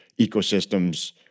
ecosystems